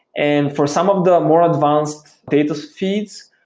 and for some of the more advanced data feeds,